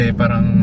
parang